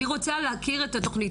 אני רוצה להכיר את התוכנית.